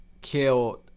killed